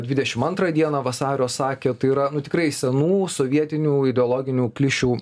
dvidešim antrą dieną vasario sakė tai yra nu tikrai senų sovietinių ideologinių klišių